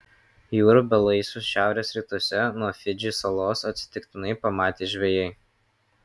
jūrų belaisvius šiaurės rytuose nuo fidžį salos atsitiktinai pamatė žvejai